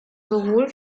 sowohl